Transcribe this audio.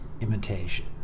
imitation